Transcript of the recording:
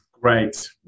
Great